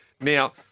Now